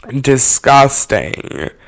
disgusting